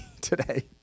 today